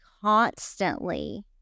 constantly